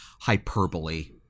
hyperbole